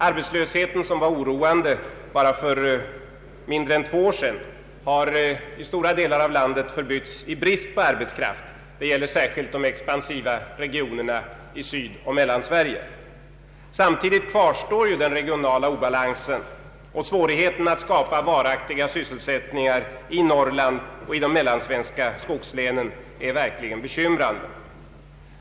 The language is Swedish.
Arbetslösheten, som var oroande för mindre än två år sedan, har i stora delar av landet förbytts i brist på arbetskraft. Detta gäller särskilt de expansiva regionerna i Sydoch Mellansverige. Samtidigt kvarstår den regionala obalansen, och svårigheten att skapa varaktiga sysselsättningar i Norrland och de mellansvenska skogslänen är verkligen bekymmersam.